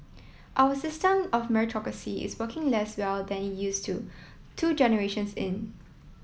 our system of meritocracy is working less well than it used to two generations in